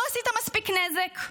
לא עשית מספיק נזק?